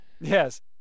Yes